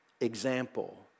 example